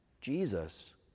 Jesus